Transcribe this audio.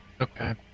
okay